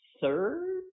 third